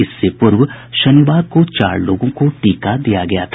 इससे पूर्व शनिवार को चार लोगों को टीका दिया गया था